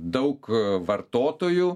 daug vartotojų